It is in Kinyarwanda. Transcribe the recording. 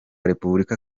repubulika